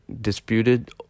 disputed